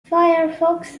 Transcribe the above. firefox